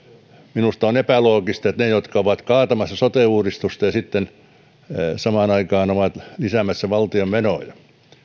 minusta on epäloogista että ne jotka ovat kaatamassa sote uudistusta samaan aikaan ovat lisäämässä valtion menoja